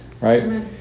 Right